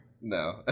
No